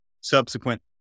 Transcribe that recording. subsequent